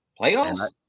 playoffs